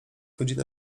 godzina